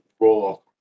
roll